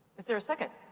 is there a second?